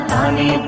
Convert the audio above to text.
Tani